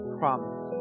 promise